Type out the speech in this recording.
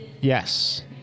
Yes